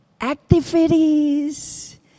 activities